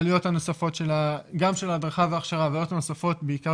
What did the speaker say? העלויות הנוספות של ההכשרה וההדרכה ובעיקר